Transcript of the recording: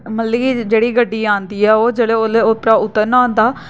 मतलब कि जेह्ड़ी गड्डी औंदी ऐ ओह् जेह्ड़े औल्लै उप्परा उतरना होंदा